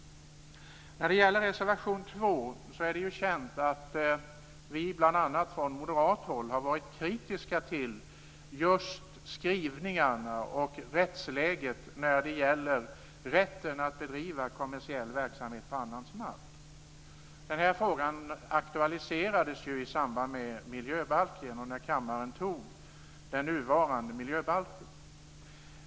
När det gäller reservation 2 är det ju känt att vi bl.a. från moderat håll har varit kritiska till skrivningarna och rättsläget angående rätten att bedriva kommersiell verksamhet på annans mark. Denna fråga aktualiserades i samband med att kammaren antog den nuvarande miljöbalken.